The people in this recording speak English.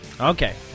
Okay